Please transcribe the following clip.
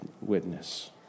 witness